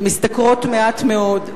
שמשתכרות מעט מאוד,